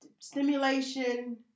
Stimulation